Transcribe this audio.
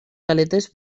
galetes